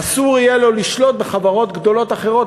אסור יהיה לו לשלוט בחברות אחרות,